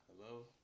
Hello